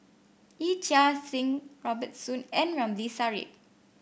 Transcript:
Yee Chia Hsing Robert Soon and Ramli Sarip